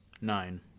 nine